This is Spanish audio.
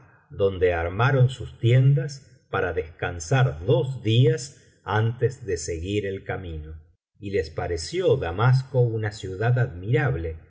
donde armaron sus tiendas para descansar dos días antes de seguir el camino y les pareció damasco una ciudad admirable